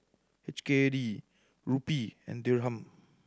H K D Rupee and Dirham